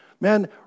man